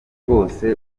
rwose